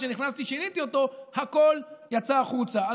כשנכנסתי שיניתי אותו, הכול יצא החוצה.